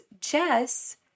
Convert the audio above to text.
Jess